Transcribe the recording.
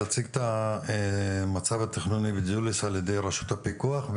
להציג את מצב התכנוני בג'וליס על ידי רשות הפיקוח,